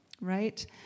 right